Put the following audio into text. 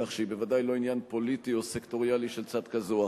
כך שהיא ודאי לא עניין פוליטי או סקטוריאלי של צד כזה או אחר.